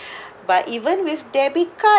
but even with debit card